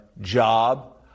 job